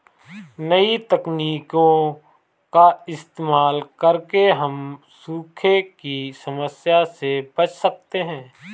नई तकनीकों का इस्तेमाल करके हम सूखे की समस्या से बच सकते है